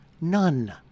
None